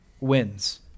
wins